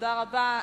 תודה רבה.